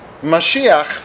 Mashiach